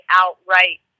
outright